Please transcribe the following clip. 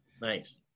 Nice